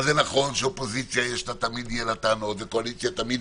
זה נכון שלאופוזיציה תמיד יהיו טענות ולקואליציה תמיד